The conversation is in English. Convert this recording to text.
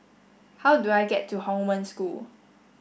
how do I get to Hong Wen School